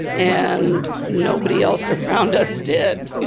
and nobody else around us did,